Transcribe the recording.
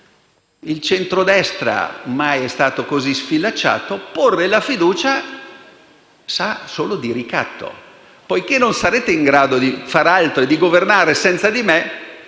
il centrodestra mai è stato così sfilacciato, porre la questione di fiducia sa solo di ricatto: poiché non sarete in grado di fare altro e digovernare senza di me,